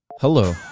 Hello